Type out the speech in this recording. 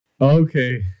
Okay